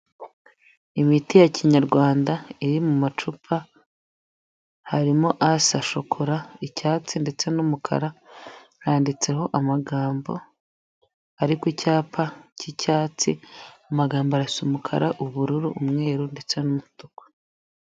Imiti ya kinyarwanda iri mu macupa harimo asa shokora, icyatsi ndetse n'umukara handitseho amagambo ari ku cyapa cy'icyatsi amagambo arasa umukara, ubururu, umweru ndetse n'umutuku.